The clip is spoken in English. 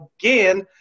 again